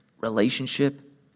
relationship